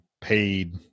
paid